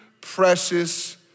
precious